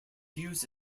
use